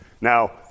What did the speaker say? Now